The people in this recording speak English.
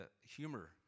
humor